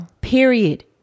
Period